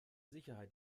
sicherheit